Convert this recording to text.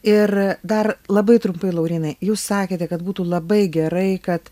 ir dar labai trumpai laurynai jūs sakėte kad būtų labai gerai kad